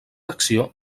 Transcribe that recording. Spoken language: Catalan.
acció